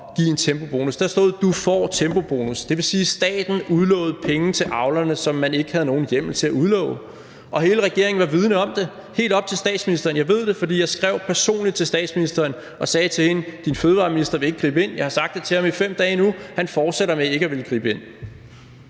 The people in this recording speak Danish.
give en tempobonus. Der stod: Du får tempobonus. Det vil sige, at staten udlovede penge, som man ikke havde nogen hjemmel til at udlove, til avlerne, og hele regeringen var vidende om det. Jeg ved det, for jeg skrev personligt til statsministeren og sagde til hende: Din fødevareminister vil ikke gribe ind; jeg har sagt det til ham i 5 dage nu, og han fortsætter med ikke at ville gribe ind.